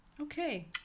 okay